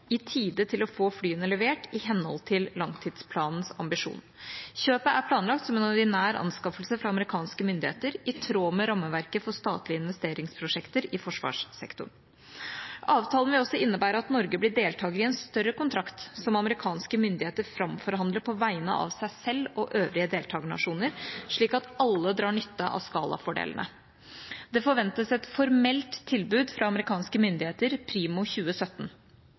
i tide til å få flyene levert i henhold til tidsplanens ambisjon. Kjøpet er planlagt som en ordinær anskaffelse fra amerikanske myndigheter, i tråd med rammeverket for statlige investeringsprosjekter i forsvarssektoren. Avtalen vil også innebære at Norge blir deltaker i en større kontrakt som amerikanske myndigheter framforhandler på vegne av seg selv og øvrige deltakernasjoner, slik at alle drar nytte av skalafordelene. Det forventes et formelt tilbud fra amerikanske myndigheter primo 2017.